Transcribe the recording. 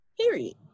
Period